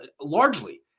largely